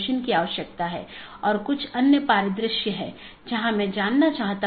BGP सत्र की एक अवधारणा है कि एक TCP सत्र जो 2 BGP पड़ोसियों को जोड़ता है